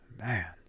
Man